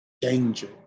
danger